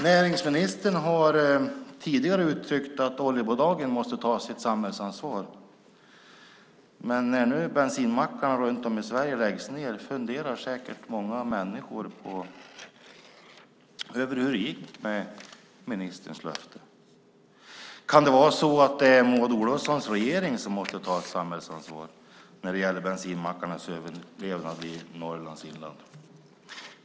Näringsministern har tidigare uttryckt att oljebolagen måste ta sitt samhällsansvar. Men när nu bensinmackarna runt om i Sverige läggs ned funderar säkert många människor på hur det gick med ministerns löfte. Kan det vara så att det är Maud Olofssons regering som måste ta ett samhällsansvar när det gäller bensinmackarnas överlevnad i Norrlands inland?